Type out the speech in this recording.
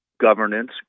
governance